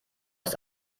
ist